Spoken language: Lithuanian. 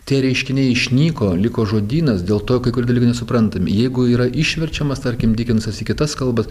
tie reiškiniai išnyko liko žodynas dėl to kai kurie dalykai nesuprantami jeigu yra išverčiamas tarkim dikensas į kitas kalbas